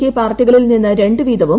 K പാർട്ടികളിൽ നിന്ന് രണ്ടു വീതവും പി